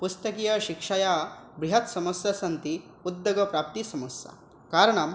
पुस्तकीयशिक्षया बृहत् समस्याः सन्ति उद्योगप्राप्तिसमस्या कारणं